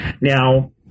Now